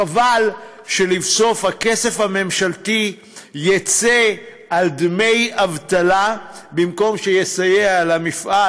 חבל שלבסוף הכסף הממשלתי יצא על דמי אבטלה במקום שיסייע למפעל,